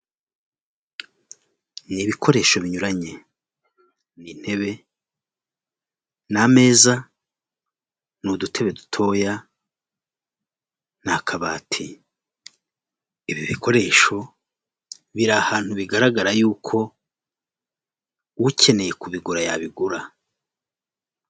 Ni ibikoresho binyuranye, ni intebe, n'ameza, n'udutebe dutoya n'akabati ibi bikoresho biri ahantu bigaragara yuko ukeneye kubigura yabigura.